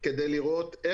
ב-50% מוודא שלא עומדים.